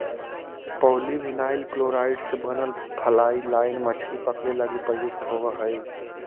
polyvinyl chloride से बनल fly line मछली पकडे लगी प्रयुक्त होवऽ हई